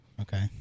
okay